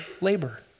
labor